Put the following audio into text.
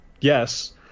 Yes